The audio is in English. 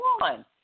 one